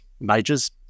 majors